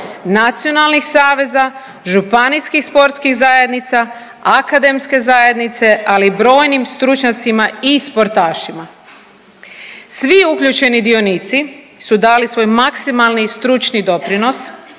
nacionalnih saveza, županijskih sportskih zajednica, akademske zajednice, ali i brojnim stručnjacima i sportašima. Svi uključeni dionici su dali svoj maksimalni i stručni doprinos